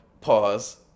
pause